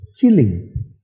killing